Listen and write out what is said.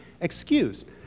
excused